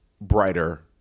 brighter